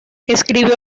escribió